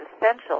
essential